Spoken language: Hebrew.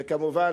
וכמובן,